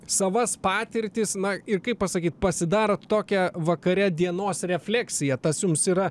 savas patirtis na ir kaip pasakyt pasidarot tokią vakare dienos refleksiją tas jums yra